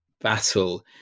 battle